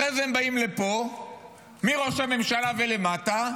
אחרי זה הם באים לפה מראש הממשלה ומטה,